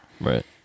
right